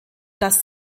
das